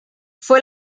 fue